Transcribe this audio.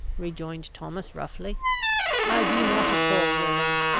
rejoined thomas, roughly i be not at all willing.